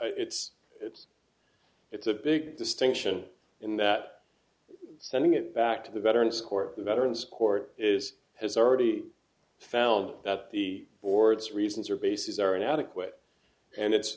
it's it's it's a big distinction in that sending it back to the veterans court the veterans court is has already found that the board's reasons or bases are inadequate and it's